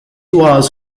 was